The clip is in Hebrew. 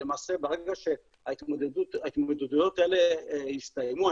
ברגע שההתמודדויות האלה יסתיימו,